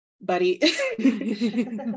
buddy